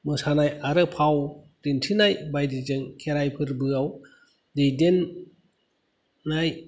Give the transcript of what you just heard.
मोसानाय आरो फाव दिन्थिनाय बायदिजों खेराय फोर्बोआव दैदेननाय